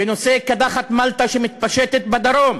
בנושא קדחת מלטה שמתפשטת בדרום.